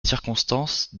circonstances